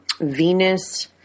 Venus